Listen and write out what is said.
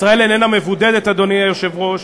ישראל איננה מבודדת, אדוני היושב-ראש,